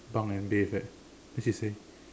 bunk and bathe eh then she say